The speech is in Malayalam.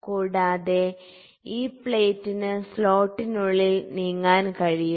കൂടാതെ ഈ പ്ലേറ്റിന് സ്ലോട്ടിനുള്ളിൽ നീങ്ങാൻ കഴിയും